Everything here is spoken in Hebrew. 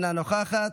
אינה נוכחת,